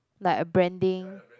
like a branding